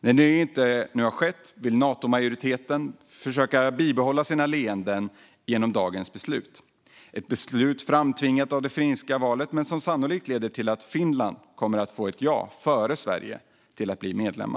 När det nu inte skett vill Natomajoriteten försöka bibehålla sina leenden genom dagens beslut. Det är ett beslut som är framtvingat av det finska valet men som sannolikt leder till att Finland före Sverige kommer att få ett ja till att bli medlem.